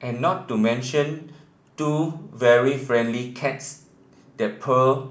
and not to mention two very friendly cats that purr